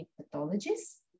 pathologists